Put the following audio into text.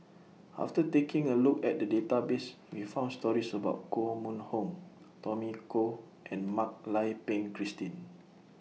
after taking A Look At The Database We found stories about Koh Mun Hong Tommy Koh and Mak Lai Peng Christine